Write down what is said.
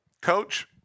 coach